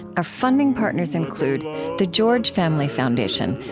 our funding partners include the george family foundation,